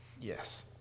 Yes